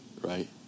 Right